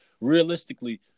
realistically